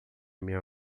minha